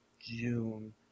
June